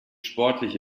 sportliche